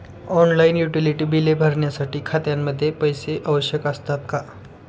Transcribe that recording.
Online utility बिले भरण्यासाठी खात्यामध्ये पैसे आवश्यक असतात का?